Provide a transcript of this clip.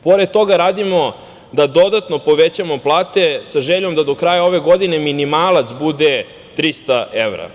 Pored toga, radimo da dodatno povećamo plate, sa željom da do kraja ove godine minimalac bude 300 evra.